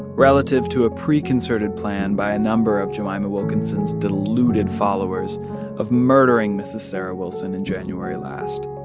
relative to a preconcerted plan by a number of jemima wilkinson's deluded followers of murdering mrs. sarah wilson in january last.